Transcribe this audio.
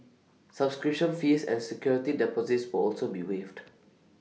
subscription fees and security deposits will also be waived